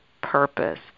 purpose